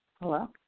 hello